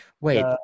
Wait